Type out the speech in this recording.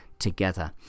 together